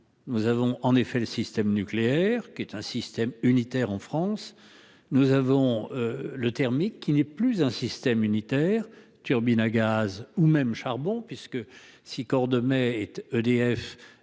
Nous avons en effet le système nucléaire qui est un système unitaire en France nous avons. Le thermique qui n'est plus un système unitaire turbines à gaz ou même charbon puisque si Cordemais et EDF.